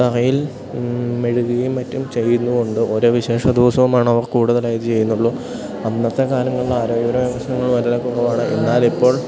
തറയിൽ മെഴുകുകയും മറ്റും ചെയ്യുന്നു കൊണ്ട് ഓരോ വിശേഷ ദിവസമാണവർ കൂടുതൽ ആയിത് ചെയ്യുന്നുള്ളൂ അന്നത്തെ കാലങ്ങളിൽ ആരോഗ്യപരമായ പ്രശ്നങ്ങൾ വളരെ കുറവാണ് എന്നാൽ ഇപ്പോൾ